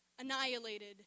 annihilated